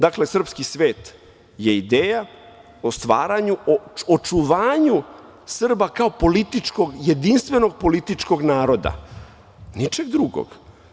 Dakle, srpski svet je ideja o stvaranju, o očuvanju Srba kao jedinstvenog političkog naroda, ničeg drugog.